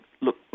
look